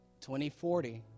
2040